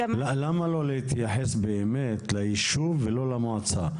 למה לא להתייחס באמת לישוב ולא למועצה?